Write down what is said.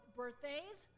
birthdays